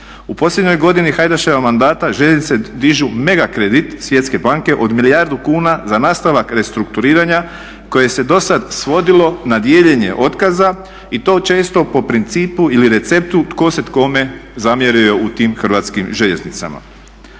U posljednjoj godini Hajdaševa mandata željeznice dižu mega kredit Svjetske banke od milijardu kuna za nastavak restrukturiranja koje se do sad svodilo na dijeljenje otkaza i to često po principu ili receptu tko se kome zamjerio u tim Hrvatskim željeznicama.